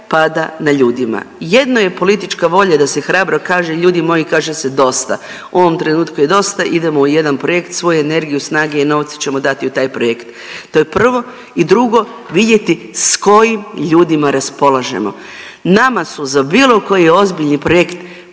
pada na ljudima. Jedno je politička volja da se hrabro kaže, ljudi moji, kaže se dosta, u ovom trenutku je dosta, idemo u jedan projekt, svu energiju, snage i novce ćemo dati u taj projekt. To je prvo, i drugo, vidjeti s kojim ljudima raspolažemo. Nama su za bilo koji ozbiljni projekt